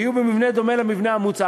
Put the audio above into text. יהיו במבנה דומה למבנה המוצע.